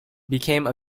became